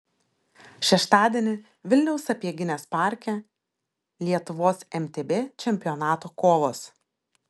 šeštadienį vilniaus sapieginės parke lietuvos mtb čempionato kovos